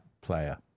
player